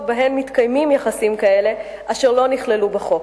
שבהן מתקיימים יחסים כאלה אשר לא נכללו בחוק.